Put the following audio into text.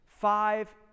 Five